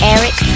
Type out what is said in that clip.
Eric